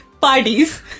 Parties